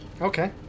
Okay